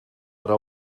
raó